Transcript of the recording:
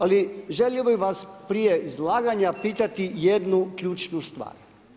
Ali želio bih vas prije izlaganja pitati jednu ključnu stvar.